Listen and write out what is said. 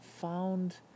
found